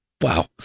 Wow